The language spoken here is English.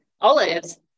olives